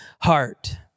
heart